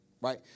right